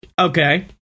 Okay